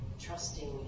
trusting